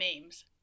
memes